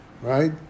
right